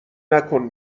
نکن